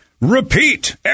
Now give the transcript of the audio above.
repeat